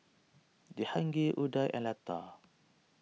Jehangirr Udai and Lata